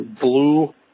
Blue